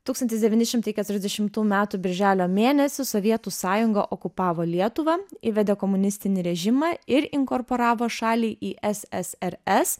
tūkstantis devyni šimtai keturiasdešimtų metų birželio mėnesį sovietų sąjunga okupavo lietuvą įvedė komunistinį režimą ir inkorporavo šalį į ssrs